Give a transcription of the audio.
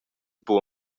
buca